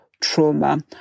trauma